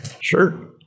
Sure